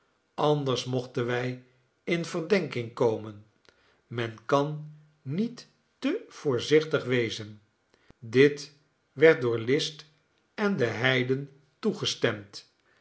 anders mochten wij in verdenking komen men kan niet te voorzichtig wezen dit werd door list en den heiden toegestemd